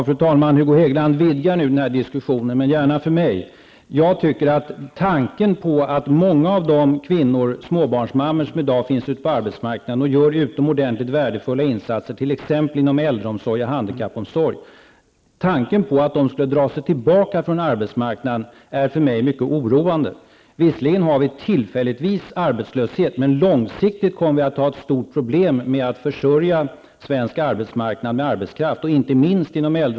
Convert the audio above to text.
Fru talman! Hugo Hegeland vidgar nu denna diskussion, och gärna för mig. Det finns i dag många småbarnsmammor ute på arbetsmarknaden som gör utomordentligt värdefulla insatser, t.ex. inom äldre och handikappomsorgen. Tanken på att dessa småbarnsmammor skulle dra sig tillbaka från arbetsmarknaden är för mig mycket oroande. Visserligen har vi tillfälligtvis arbetslöshet, men långsiktigt kommer det att bli ett stort problem att försörja svensk arbetsmarknad med arbetskraft.